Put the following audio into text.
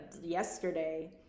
yesterday